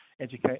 educate